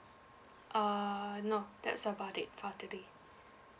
err no that's about it for today